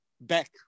back